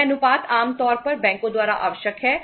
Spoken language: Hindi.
यह अनुपात आम तौर पर बैंकों द्वारा आवश्यक है